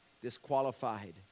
disqualified